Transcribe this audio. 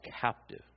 captive